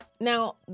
Now